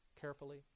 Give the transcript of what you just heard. carefully